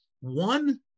one